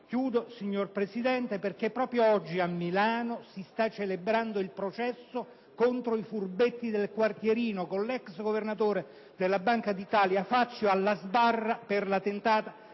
euro di sudato risparmio. Proprio oggi a Milano si sta celebrando il processo contro i furbetti del quartierino, con l'ex governatore della Banca d'Italia Fazio alla sbarra per la tentata